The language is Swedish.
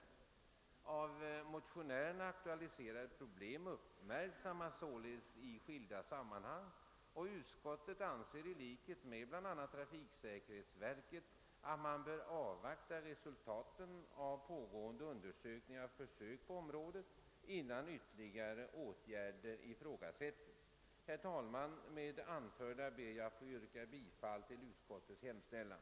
De av motionärerna aktualiserade problemen uppmärksammas således i skilda sammanhang, och utskottet anser i likhet med trafiksäkerhetsverket att man bör avvakta resultaten av pågående undersökningar och försök på området innan ytterligare åtgärder ifrågasätts. Herr talman! Med det anförda ber jag att få yrka bifall till utskottets hemställan.